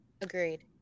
Agreed